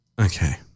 Okay